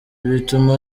bituma